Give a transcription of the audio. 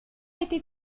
été